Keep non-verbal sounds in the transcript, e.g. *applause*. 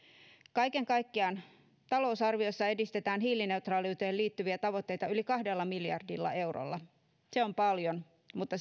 kaiken kaikkiaan talousarviossa edistetään hiilineutraaliuteen liittyviä tavoitteita yli kahdella miljardilla eurolla se on paljon mutta *unintelligible*